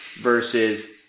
versus